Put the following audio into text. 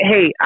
Hey